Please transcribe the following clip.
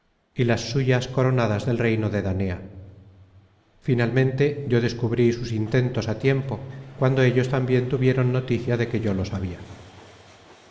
y las suyas coronadas del reino de danea finalmente yo descubrí sus intentos á tiempo cuando ellos tambien tuvieron noticia de que yo lo sabia